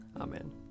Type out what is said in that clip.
Amen